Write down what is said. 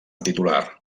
titular